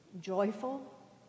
joyful